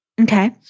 Okay